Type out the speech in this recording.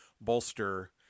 bolster